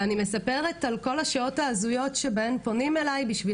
אני מדברת על כל השעות ההזויות שבהן פונים אליי בשביל